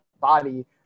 body